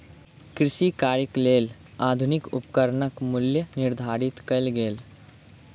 कृषि कार्यक लेल आधुनिक उपकरणक मूल्य निर्धारित कयल गेल